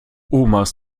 omas